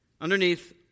underneath